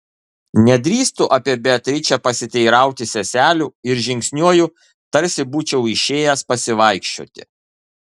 nedrįstu apie beatričę pasiteirauti seselių ir žingsniuoju tarsi būčiau išėjęs pasivaikščioti